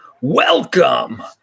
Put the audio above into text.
Welcome